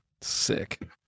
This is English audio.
sick